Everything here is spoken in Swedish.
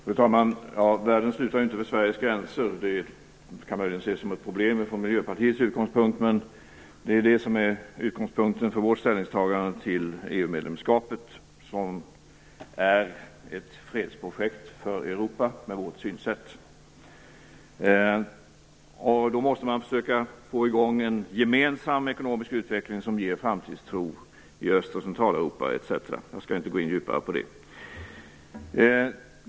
Fru talman! Världen slutar inte vid Sveriges gränser. Det kan möjligen ses som ett problem från Miljöpartiets utgångspunkt, men det är det som är utgångspunkten för vårt ställningstagande till EU medlemskapet. EU är ett fredsprojekt för Europa, enligt vårt synsätt. Då måste man försöka få i gång en gemensam ekonomisk utveckling som ger framtidstro i Öst och Centraleuropa, etc. Jag skall inte gå djupare in på det.